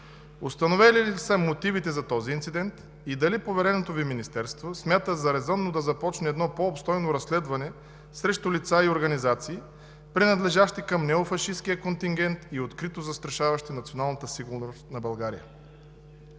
установени ли са мотивите за този инцидент и дали повереното Ви министерство смята за резонно да започне по обстойно разследване срещу лица и организации, принадлежащи към неофашисткия контингент и открито застрашаващи националната сигурност на България?